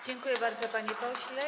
Dziękuję bardzo, panie pośle.